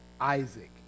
Isaac